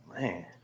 man